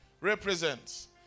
represents